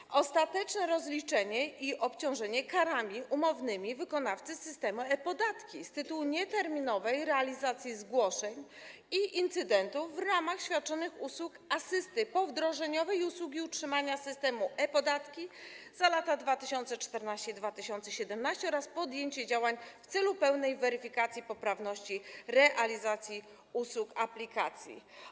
Chodzi o ostateczne rozliczenie i obciążenie karami umownymi wykonawcy systemu e-Podatki z tytułu nieterminowej realizacji zgłoszeń i incydentów w ramach świadczonych usług asysty powdrożeniowej i usługi utrzymania systemu e-Podatki za lata 2014 i 2017 oraz podjęcie działań w celu pełnej weryfikacji poprawności realizacji usług aplikacji.